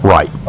Right